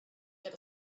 get